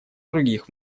других